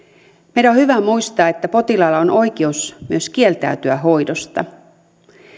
meidän on hyvä muistaa että potilaalla on myös oikeus kieltäytyä hoidosta